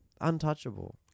Untouchable